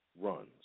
runs